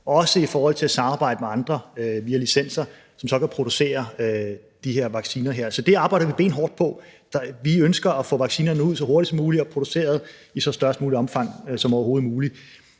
også i forhold til at samarbejde via licenser med andre, som så kan producere de her vacciner. Så det arbejder vi benhårdt på. Vi ønsker at få vaccinerne ud så hurtigt som muligt og produceret i størst muligt omfang. Det, jeg